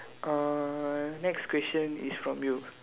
uh next question is from you